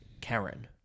Karen